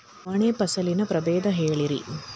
ನವಣಿ ಫಸಲಿನ ಪ್ರಭೇದ ಹೇಳಿರಿ